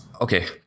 okay